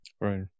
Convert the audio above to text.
Right